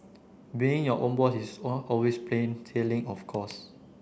being your own boss is always plain sailing of course